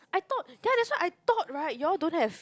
I thought that is what I thought right you all don't have